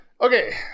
Okay